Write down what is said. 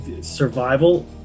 survival